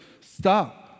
stop